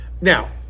Now